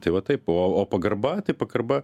tai va taip o o pagarba tai pagarba